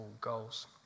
goals